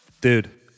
Dude